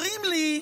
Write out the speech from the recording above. אומרים לי: